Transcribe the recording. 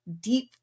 deep